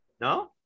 no